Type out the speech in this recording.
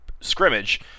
scrimmage